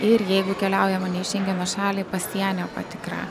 ir jeigu keliaujama ne į šengeno šalį pasienio patikra